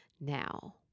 now